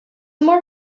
more